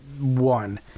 one